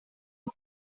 und